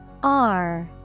-R